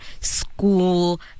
school